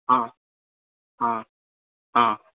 हँ हँ हँ